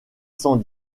cent